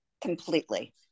completely